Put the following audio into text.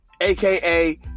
aka